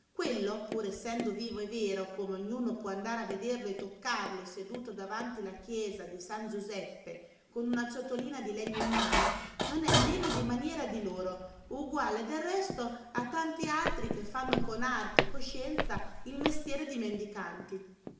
quello pur essendo vivo e vero come ognuno può andare a vederlo e toccarlo seduto davanti la chiesa di san giuseppe con una ciotolina di legno in mano non è meno di maniera di loro uguale del resto a tanti altri che fanno con arte e coscienza il mestiere di mendicanti